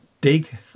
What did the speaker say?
Dig